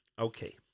Okay